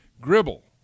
Gribble